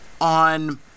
on